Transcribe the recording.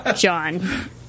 John